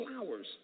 flowers